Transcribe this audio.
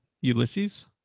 Ulysses